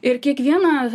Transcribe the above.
ir kiekviena